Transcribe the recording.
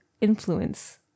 influence